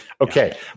Okay